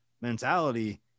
mentality